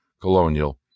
colonial